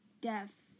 death